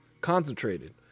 Concentrated